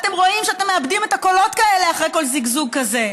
אתם רואים שאתם מאבדים את הקולות האלה אחרי כל זיגזוג כזה.